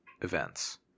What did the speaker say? events